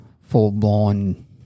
full-blown